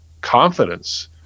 confidence